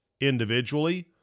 individually